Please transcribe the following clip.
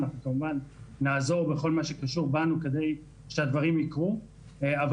אנחנו כמובן נעזור בכל מה שקשור בנו כדי שהדברים יקרו אבל